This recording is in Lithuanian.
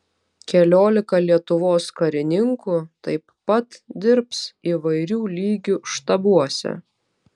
keliolika lietuvos karininkų taip pat dirbs įvairių lygių štabuose